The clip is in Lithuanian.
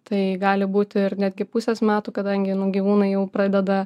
tai gali būti ir netgi pusės metų kadangi nu gyvūnai jau pradeda